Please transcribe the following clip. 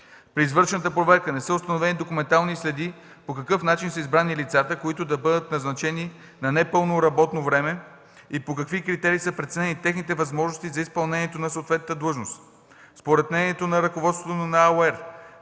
При извършената проверка не са установени документални следи по какъв начин са избрани лицата, които да бъдат назначени на непълно работно време и по какви критерии са преценени техните възможности за изпълнението на съответната длъжност. Според мнението на ръководството на АУЕР